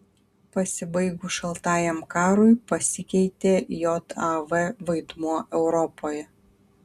pasibaigus šaltajam karui pasikeitė jav vaidmuo europoje